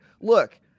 Look